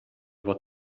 what